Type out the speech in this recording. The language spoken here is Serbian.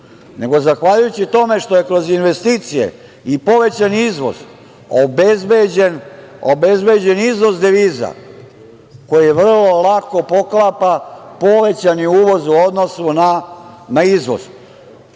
nego zahvaljujući tome što je kroz investicije i povećan izvoz obezbeđen izvoz deviza, koje vrlo lako poklapa povećani uvoz, u odnosu na izvoz.I